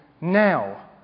now